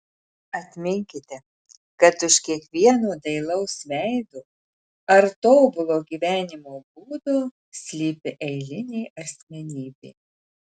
atminkite kad už kiekvieno dailaus veido ar tobulo gyvenimo būdo slypi eilinė asmenybė